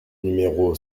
numéro